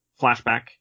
flashback